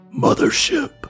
Mothership